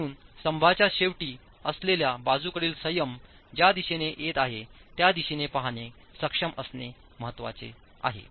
म्हणून स्तंभाच्या शेवटी असलेल्या बाजूकडील संयम ज्या दिशेने येत आहेत त्या दिशेने पाहणे सक्षम असणे महत्वाचे आहे